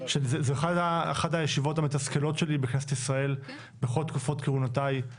שזה אחת הישיבות המתסכלות שלי בכנסת ישראל בכל תקופות כהונותיי.